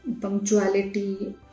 punctuality